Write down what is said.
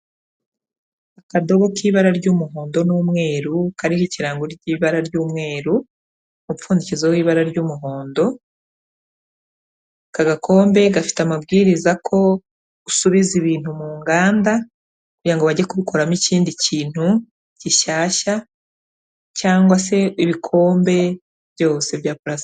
Akadobo k'ibara ry'umuhondo n'umweru kariho ikirango k'ibara ry'umweru, umupfundikizo w'ibara ry'umuhondo, aka gakombe gafite amabwiriza ko usubiza ibintu mu nganda, kugira ngo bajye kubikoramo ikindi kintu gishyashya cyangwa se ibikombe byose bya pulasitike.